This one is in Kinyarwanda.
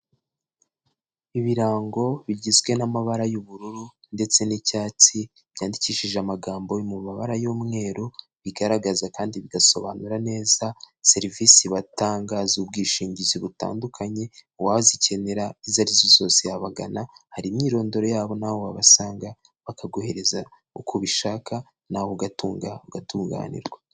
Ibirango bigizwe n'amabara y'ubururu ndetse n'icyatsi, byandikishije amagambo mu mabara y'umweru, bigaragaza kandi bigasobanura neza serivisi batangaza z'ubwishingizi butandukanye, uwazikenera izo ari zo zose yabagana, hari imyirondoro yabo n'aho wabasanga, bakaguhereza uko ubishaka nawe ugatunga ugatunganirwa.